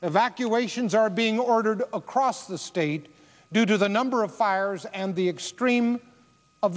evacuations are being ordered across the state due to the number of fires and the extreme of